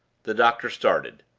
the doctor started.